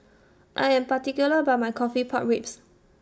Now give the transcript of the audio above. I Am particular about My Coffee Pork Ribs